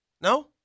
No